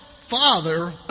father